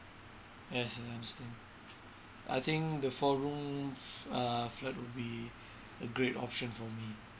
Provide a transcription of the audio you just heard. yes I understand I think the four room err flat would be a great option for me